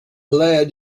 lead